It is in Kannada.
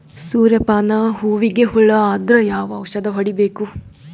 ಸೂರ್ಯ ಪಾನ ಹೂವಿಗೆ ಹುಳ ಆದ್ರ ಯಾವ ಔಷದ ಹೊಡಿಬೇಕು?